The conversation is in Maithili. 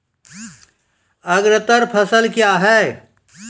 अग्रतर फसल क्या हैं?